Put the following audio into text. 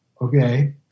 okay